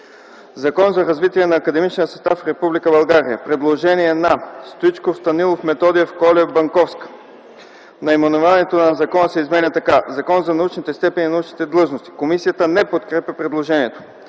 „Закон за развитие на академичния състав в Република България”. Има предложение на Стоичков, Станилов, Методиев, Колев и Банковска – наименованието на закона да се измени така: „Закон за научните степени и научните длъжности”. Комисията не подкрепя предложението.